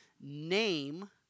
name